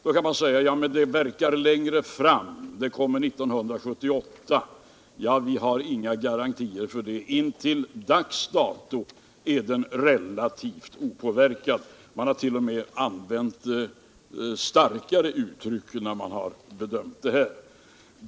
Då kan man säga: Devalveringarna verkar längre fram, 1978. Ja, vi har inga garantier för det. Intill dags dato är exporten relativt opåverkad. Man har t.o.m. använt starkare uttryck, när man har bedömt effekterna.